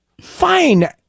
Fine